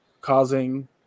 causing